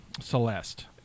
Celeste